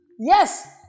Yes